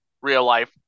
real-life